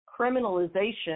criminalization